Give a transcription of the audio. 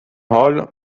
حال